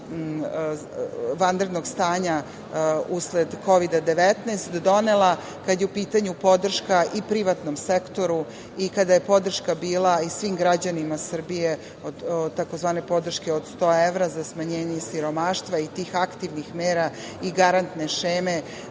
vanrednog stanja, usled Kovida-19, donela, a kada je u pitanju podrška i privatnom sektoru i kada je podrška bila i svim građanima Srbije tzv. podrška od 100 evra za smanjenje siromaštva i tih aktivnih mera, i garantne šeme,